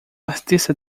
artista